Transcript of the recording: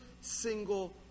single